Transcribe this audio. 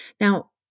Now